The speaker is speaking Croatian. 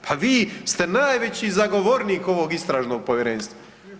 Pa vi ste najveći zagovornik ovog istražnog povjerenstva.